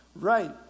Right